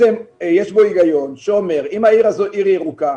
שיש בו היגיון שאומר שאם העיר הזאת היא עיר ירוקה,